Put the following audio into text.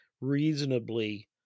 reasonably